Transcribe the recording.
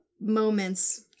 moments